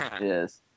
Yes